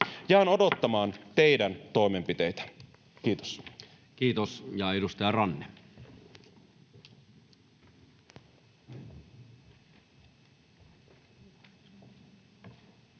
Jään odottamaan teidän toimenpiteitänne. — Kiitos. Kiitos. — Ja edustaja Ranne. Arvoisa